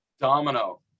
Domino